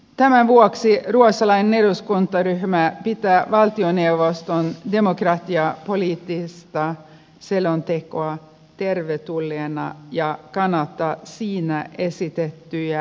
tämän vuoksi ruotsalainen eduskuntaryhmä pitää valtioneuvoston demokratiapoliittista selontekoa tervetulleena ja kannattaa siinä esitettyjä linjauksia